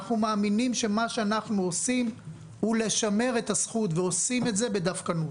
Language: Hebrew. אנחנו מאמינים שמה שאנחנו עושים זה לשמר את הזכות ועושים את זה בדבקנות.